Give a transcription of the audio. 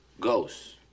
Ghosts